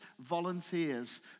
volunteers